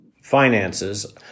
finances